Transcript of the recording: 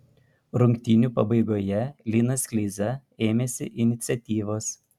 rungtynių pabaigoje linas kleiza ėmėsi iniciatyvos